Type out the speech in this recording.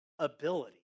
Ability